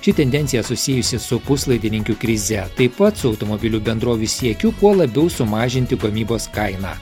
ši tendencija susijusi su puslaidininkių krize taip pat su automobilių bendrovių siekiu kuo labiau sumažinti gamybos kainą